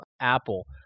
Apple